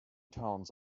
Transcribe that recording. towns